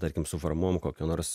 tarkim suformuojam kokią nors